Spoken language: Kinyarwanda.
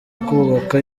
kubaka